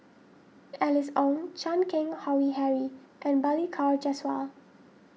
Alice Ong Chan Keng Howe Harry and Balli Kaur Jaswal